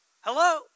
Hello